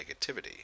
negativity